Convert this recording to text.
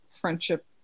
friendship